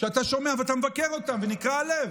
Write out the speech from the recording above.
שאתה שומע, ואתה מבקר אותן, ונקרע הלב,